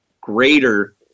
greater